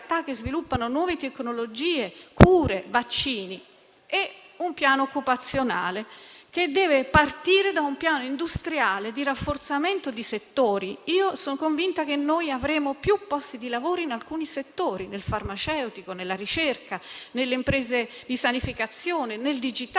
sono convinta che avremo più posti di lavoro in alcuni settori, ad esempio nel farmaceutico, nella ricerca, nelle imprese di sanificazione, nel digitale.